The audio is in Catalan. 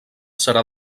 serà